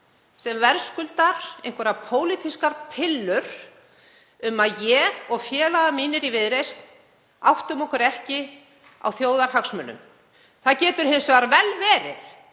sem verðskuldar einhverjar pólitískar pillur um að ég og félagar mínir í Viðreisn áttum okkur ekki á þjóðarhagsmunum. Það getur hins vegar vel verið